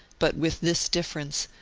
but with this difference,